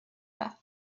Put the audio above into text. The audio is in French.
pas